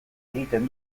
egiten